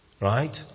Right